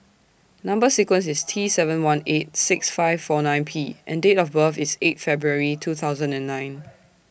Number sequence IS T seven one eight six five four nine P and Date of birth IS eight February two thousand and nine